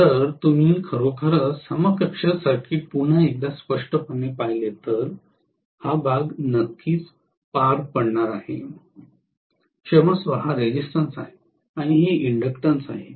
तर जर तुम्ही खरोखरच समकक्ष सर्किट पुन्हा एकदा स्पष्टपणे पाहिले तर हा भाग नक्कीच पार पाडणार आहे क्षमस्व हा रेजिस्टन्स आहे आणि हे इंडक्टन्स आहे